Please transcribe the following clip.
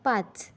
पाच